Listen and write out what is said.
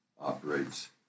operates